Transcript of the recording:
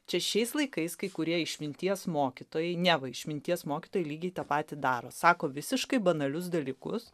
čia šiais laikais kai kurie išminties mokytojai neva išminties mokytojai lygiai tą patį daro sako visiškai banalius dalykus